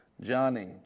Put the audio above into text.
johnny